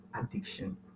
addiction